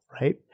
right